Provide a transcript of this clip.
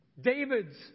David's